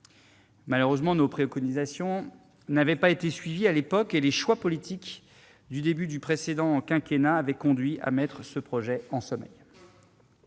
Malheureusement, nos préconisations n'avaient pas été suivies à l'époque et les choix politiques du début du précédent quinquennat avaient conduit à mettre ce projet en sommeil.